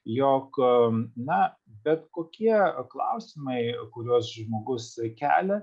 jog na bet kokie klausimai kuriuos žmogus kelia